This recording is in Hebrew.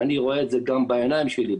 ואני רואה את זה גם בעיניים שלי,